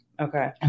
Okay